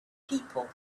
people